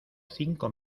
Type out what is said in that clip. cinco